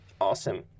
Awesome